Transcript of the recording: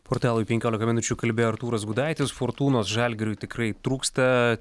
portalui penkiolika minučių kalbėjo artūras gudaitis fortūnos žalgiriui tikrai trūksta